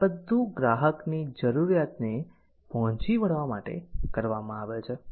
આ બધુ ગ્રાહક ની જરૂરિયાત ને પહોંચી વળવા માટે કરવામાં આવે છે